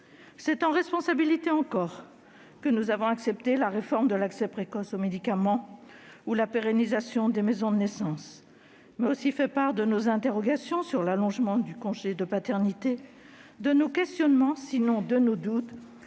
encore en responsabilité que nous avons accepté la réforme de l'accès précoce aux médicaments ou la pérennisation des maisons de naissance, mais aussi fait part de nos interrogations sur l'allongement du congé de paternité et de nos questionnements, sinon de nos doutes,